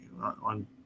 on